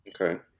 okay